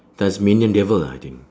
tasmanian devil ah I think